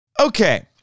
Okay